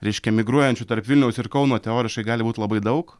reiškia migruojančių tarp vilniaus ir kauno teoriškai gali būt labai daug